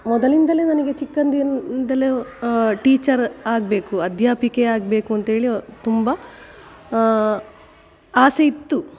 ಮೊದಲಿಂದಲೇ ನನಗೆ ಚಿಕ್ಕಂದಿನಿಂದಲೇ ಟೀಚರ್ ಆಗಬೇಕು ಅಧ್ಯಾಪಿಕೆ ಆಗಬೇಕು ಅಂತ್ಹೇಳಿ ತುಂಬ ಆಸೆಯಿತ್ತು